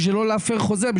בשביל לא להפר חוזה,